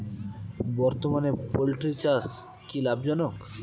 বর্তমানে পোলট্রি চাষ কি লাভজনক?